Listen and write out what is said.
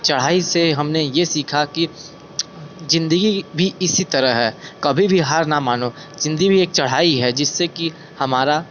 चढ़ाई से हमने ये सीखा की जिंदगी भी इसी तरह है कभी भी हार ना मानों जिंदगी भी एक चढ़ाई है जिससे कि हमारा